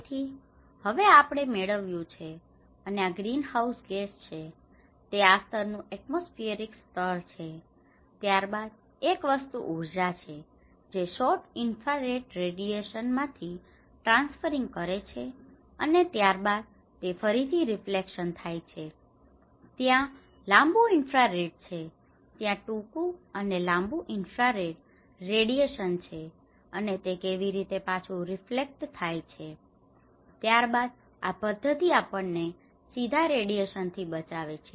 તેથી હવે આપણે મેળવ્યું છે અને આ ગ્રીનહાઉસ ગેસ છે તે આ સ્તરનું એટમોસ્ફીયરિક સ્તર છે અને ત્યારબાદ એક વસ્તુ ઉર્જા છે જે શોર્ટ ઇન્ફ્રારેડ રેડિએશન માંથી ટ્રાંસફરિંગ કરે છે અને ત્યારબાદ તે ફરીથી રિફ્લેક્ટ થાય છે અને ત્યાં લાબું ઇન્ફ્રારેડ છે ત્યાં ટૂંકું અને લાબું ઇન્ફ્રારેડ રેડિએશન છે અને તે કેવીરીતે પાછું રિફ્લેક્ટ થાય છે અને ત્યારબાદ આ પદ્ધતિ આપણને સીધા રેડિએશન થી બચાવે છે